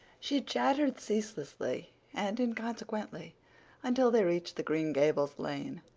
she chattered ceaselessly and inconsequently until they reached the green gables lane.